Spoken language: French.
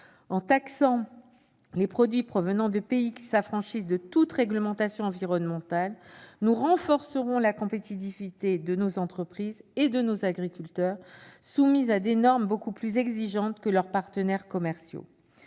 En taxant les produits provenant de pays qui s'affranchissent de toute réglementation environnementale, nous renforcerons la compétitivité de nos entreprises et de nos agriculteurs, soumis à des normes beaucoup plus exigeantes que leurs partenaires commerciaux.